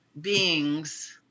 beings